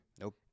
Nope